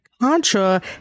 Contra